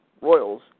Royals